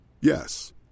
Yes